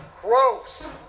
gross